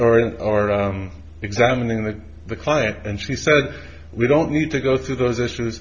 are examining the client and she said we don't need to go through those issues